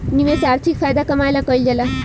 निवेश आर्थिक फायदा कमाए ला कइल जाला